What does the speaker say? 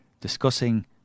discussing